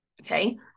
okay